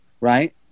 right